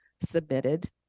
submitted